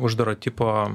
uždaro tipo